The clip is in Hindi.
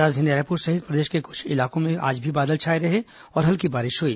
राजधानी रायपुर सहित प्रदेश के कुछ इलाकों में आज भी बादल छाए रहे और हल्की बारिश हुई